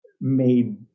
made